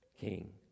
King